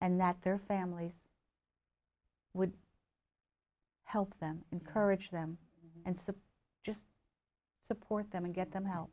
and that their families would help them encourage them and some just support them and get them help